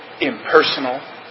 impersonal